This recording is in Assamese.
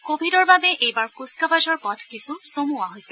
কভিডৰ বাবে এইবাৰ কুছকাৱাজৰ পথ কিছু চমুওৱা হৈছে